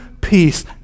peace